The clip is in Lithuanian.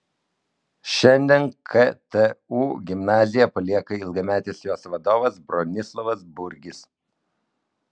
šiandien ktu gimnaziją palieka ilgametis jos vadovas bronislovas burgis